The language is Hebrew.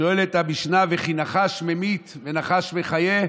שואלת המשנה: "וכי נחש ממית או נחש מחיה?"